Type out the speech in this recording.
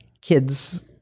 kids